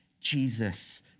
Jesus